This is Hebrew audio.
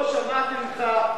לא שמעתי ממך: